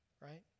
right